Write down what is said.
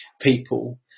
people